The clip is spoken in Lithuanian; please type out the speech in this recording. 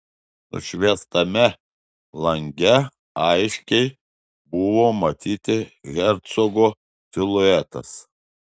nušviestame lange aiškiai buvo matyti hercogo siluetas